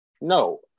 no